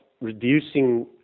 reducing